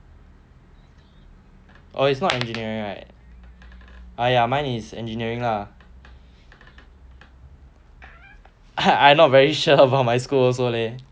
oh it's not engineering err ya mine is engineering lah I not very sure about my school also leh